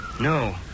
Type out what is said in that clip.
No